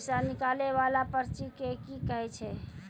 पैसा निकाले वाला पर्ची के की कहै छै?